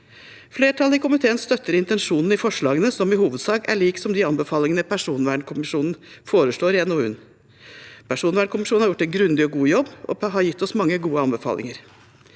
Flertallet i komiteen støtter intensjonen i forslagene, som i hovedsak er lik de anbefalingene personvernkommisjonen foreslår i NOU-en. Personvernkommisjonen har gjort en grundig og god jobb og har gitt oss mange gode anbefalinger.